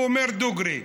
הוא אומר דוגרי,